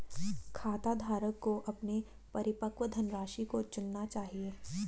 खाताधारक को अपने परिपक्व धनराशि को चुनना चाहिए